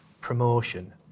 promotion